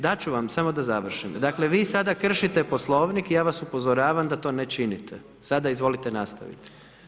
Dati ću vam, samo da završim, dakle, vi sada kršite poslovnik i ja vas upozoravam da to ne činite, sada izvolite nastaviti.